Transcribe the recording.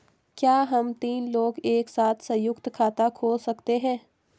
क्या हम तीन लोग एक साथ सयुंक्त खाता खोल सकते हैं?